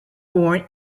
born